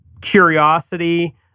curiosity